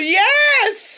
yes